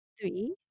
three